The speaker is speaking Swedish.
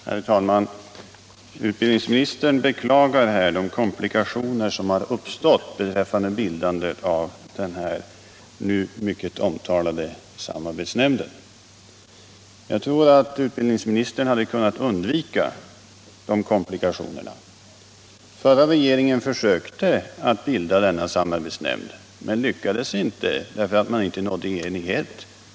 Herr talman! Utbildningsministern beklagar de komplikationer som har uppstått beträffande bildandet av den nu mycket omtalade samarbetsnämnden. Jag tror att utbildningsministern hade kunnat undvika dessa komplikationer. Den förra regeringen försökte bilda denna samarbetsnämnd men lyckades inte därför att man inte uppnådde enighet.